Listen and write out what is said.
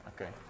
Okay